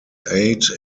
eight